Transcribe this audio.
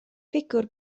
ffigwr